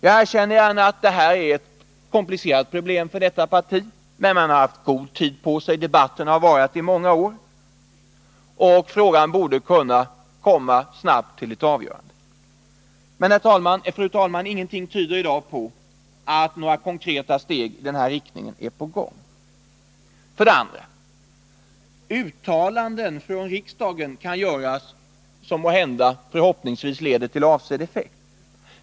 Jag erkänner gärna att det här är ett komplicerat problem för detta parti, men partiet har haft god tid på sig — debatten har varat i många år — och frågan borde därför snabbt kunna komma till ett avgörande. Men, fru talman, ingenting tyder i dag på att några konkreta åtgärder i den riktningen är på gång. För det andra kan uttalanden från riksdagen göras, vilka förhoppningsvis leder till avsedd effekt.